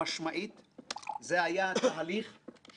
המשפטי לכנסת ביחד עם היועץ המשפטי לכנסת,